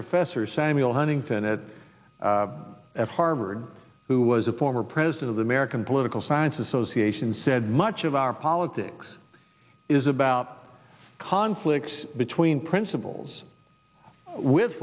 professor samuel huntington it at harvard who was a former president of the american political science association said much of our politics is about conflicts between principles with